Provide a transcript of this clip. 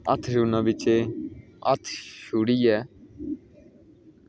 हत्थ छुड़ना बिच्चै हत्थ छुड़ियै